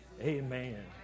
Amen